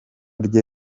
rye